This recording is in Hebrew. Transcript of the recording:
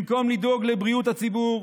במקום לדאוג לבריאות הציבור,